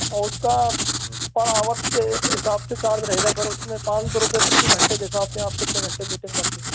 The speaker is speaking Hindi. उसका पर आवर्स के हिसाब से चार्ज रहेगा सर उसमें पाँच सौ रुपए प्रति घंटे के हिसाब से आप कितने घंटे मीटिंग करते हो